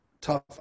tough